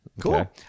Cool